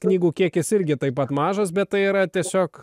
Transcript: knygų kiekis irgi taip pat mažas bet tai yra tiesiog